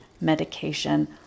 medication